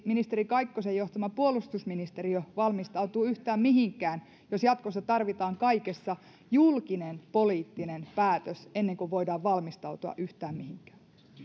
ministeri kaikkosen johtama puolustusministeriö valmistautuu yhtään mihinkään jos jatkossa tarvitaan kaikessa julkinen poliittinen päätös ennen kuin voidaan valmistautua yhtään mihinkään